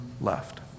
left